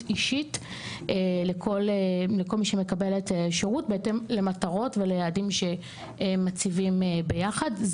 אישית לכל מי שמקבלת שירות בהתאם למטרות וליעדים שמציבים ביחד.